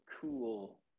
cool